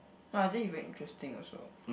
no I think it very interesting also